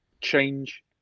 change